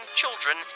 children